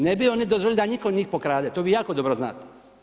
Ne bi oni dozvolili da nitko njih pokrade, to vi jako dobro znate.